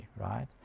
right